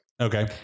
Okay